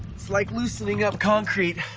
it's like loosening up concrete.